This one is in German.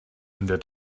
der